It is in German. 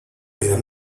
wieder